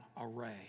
array